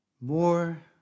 more